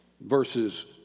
verses